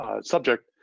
subject